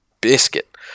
Biscuit